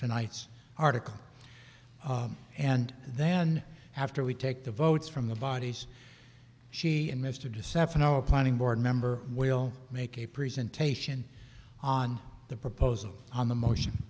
tonight's article and then after we take the votes from the bodies she and mr deception our planning board member will make a presentation on the proposal on the motion